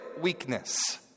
weakness